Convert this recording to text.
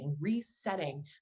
resetting